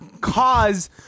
cause